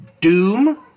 Doom